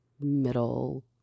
middle